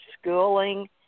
schooling